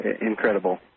Incredible